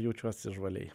jaučiuosi žvaliai